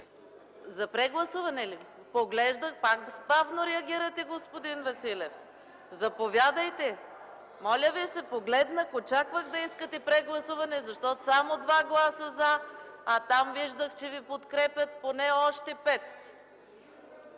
За прегласуване ли? Бавно реагирате, господин Василев! Заповядайте! Моля Ви, погледнах, очаквах да поискате прегласуване, защото имаше само два гласа „за”, а там виждах, че Ви подкрепят поне още 5.